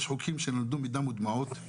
יש חוקים שנולדו מדם ודמעות.